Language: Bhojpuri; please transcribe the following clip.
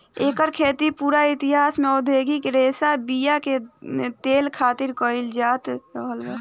एकर खेती पूरा इतिहास में औधोगिक रेशा बीया के तेल खातिर कईल जात रहल बा